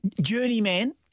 Journeyman